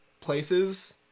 places